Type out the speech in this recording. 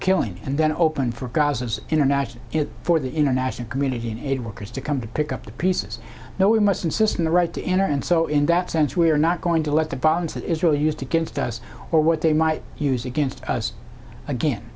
killing and then open for gaza's international for the international community and aid workers to come to pick up the pieces now we must insist on the right to enter and so in that sense we are not going to let the violence that israel used against us or what they might use against us again